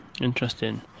interesting